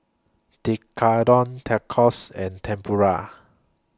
Tekkadon Tacos and Tempura